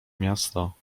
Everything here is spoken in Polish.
miasto